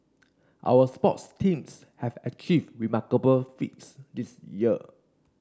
our sports teams have achieved remarkable feats this year